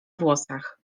włosach